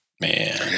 Man